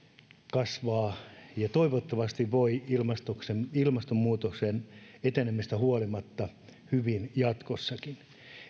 kasvaa ja toivottavasti voi ilmastonmuutoksen etenemisestä huolimatta hyvin jatkossakin